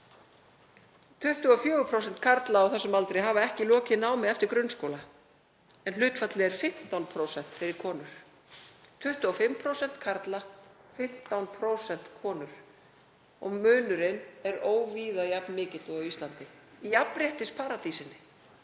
24% karla á þessum aldri hafa ekki lokið námi eftir grunnskóla en hlutfallið er 15% fyrir konur. 24% karlar, 15% konur og munurinn er óvíða jafn mikill og á Íslandi, jafnréttisparadísinni